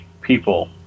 people